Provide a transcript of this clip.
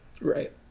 Right